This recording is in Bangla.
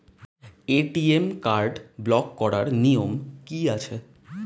এ.টি.এম কার্ড ব্লক করার নিয়ম কি আছে?